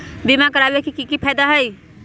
बीमा करबाबे के कि कि फायदा हई?